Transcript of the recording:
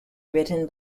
written